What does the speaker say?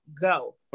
go